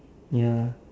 ya